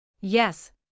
Yes